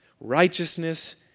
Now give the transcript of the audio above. Righteousness